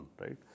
right